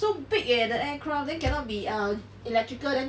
so big leh the aircraft then cannot be err electrical then